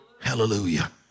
Hallelujah